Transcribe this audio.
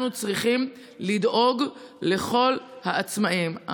אנחנו צריכים לדאוג לכל העצמאים.